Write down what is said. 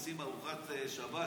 עושים ארוחת שבת,